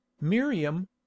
Miriam